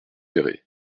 péray